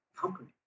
company